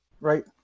Right